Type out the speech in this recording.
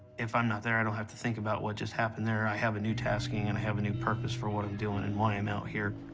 if i'm not there, i don't have to think about what just happened there. i have a new tasking, and i have a new purpose for what i'm doing and why i'm out here.